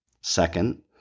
Second